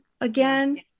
again